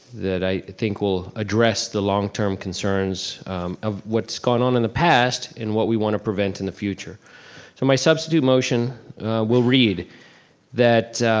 that i think will address the long-term concerns of what's gone on in the past and what we want to prevent in the future. so my substitute motion will read that.